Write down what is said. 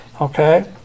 okay